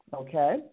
Okay